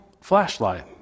flashlight